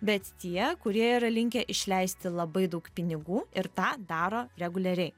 bet tie kurie yra linkę išleisti labai daug pinigų ir tą daro reguliariai